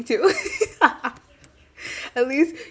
to at least